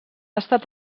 estat